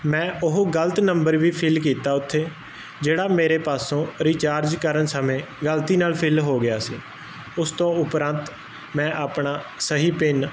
ਮੈਂ ਉਹ ਗਲਤ ਨੰਬਰ ਵੀ ਫਿੱਲ ਕੀਤਾ ਉਥੇ ਜਿਹੜਾ ਮੇਰੇ ਪਾਸੋਂ ਰਿਚਾਰਜ ਕਰਨ ਸਮੇਂ ਗਲਤੀ ਨਾਲ ਫਿੱਲ ਹੋ ਗਿਆ ਸੀ ਉਸ ਤੋਂ ਉਪਰੰਤ ਮੈਂ ਆਪਣਾ ਸਹੀ ਪਿੰਨ